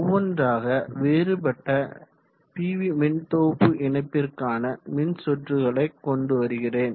ஒவ்வொன்றாக வேறுபட்ட பிவி மின்தொகுப்பு இணைப்பிற்கான மின்சுற்றுகளை கொண்டு வருகிறேன்